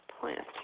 plant